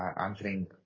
answering